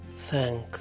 Thank